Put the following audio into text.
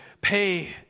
pay